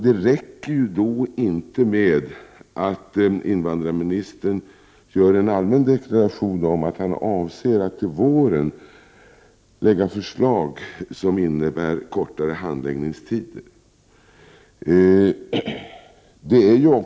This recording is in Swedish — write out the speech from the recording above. Det räcker inte att invandrarministern gör en allmän deklaration om att han avser att till våren lägga fram förslag som innebär kortare handläggningstider.